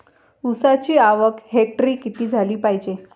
ऊसाची आवक हेक्टरी किती झाली पायजे?